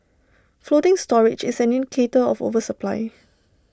floating storage is an indicator of oversupply